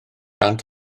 dan